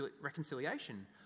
reconciliation